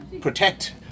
protect